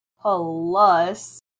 Plus